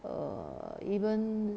err even